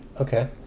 Okay